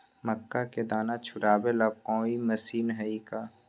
मक्का के दाना छुराबे ला कोई मशीन हई का?